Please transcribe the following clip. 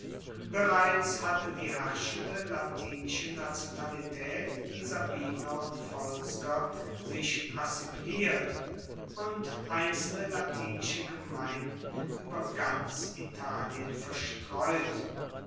bereits hatte die herrschende latinische nationalitaet die sabiner und volsker sich assimiliert und einzelne latinische gemeinden ueber ganz italien verstreut